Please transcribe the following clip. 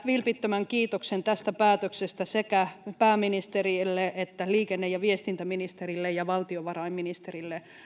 vilpittömän kiitoksen tästä päätöksestä sekä pääministerille että liikenne ja viestintäministerille ja valtiovarainministerille